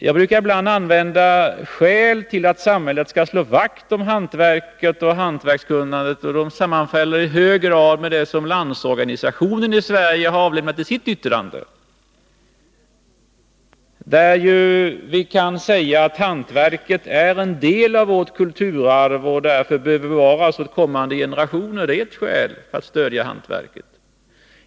Jag brukar ibland föra fram skäl till att samhället skall slå vakt om hantverket och hantverkskunnandet, och dessa sammanfaller i hög grad med det som Landsorganisationen i Sverige har angivit i sitt yttrande. Vi kan säga att hantverket är en del av vårt kulturarv och därför bör bevaras åt kommande generationer. Det är ett skäl att stödja hantverket.